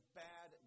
bad